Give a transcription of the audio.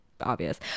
obvious